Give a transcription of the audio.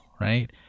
right